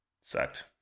Sucked